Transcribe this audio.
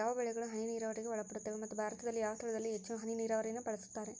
ಯಾವ ಬೆಳೆಗಳು ಹನಿ ನೇರಾವರಿಗೆ ಒಳಪಡುತ್ತವೆ ಮತ್ತು ಭಾರತದಲ್ಲಿ ಯಾವ ಸ್ಥಳದಲ್ಲಿ ಹೆಚ್ಚು ಹನಿ ನೇರಾವರಿಯನ್ನು ಬಳಸುತ್ತಾರೆ?